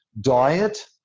diet